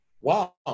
Wow